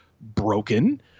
broken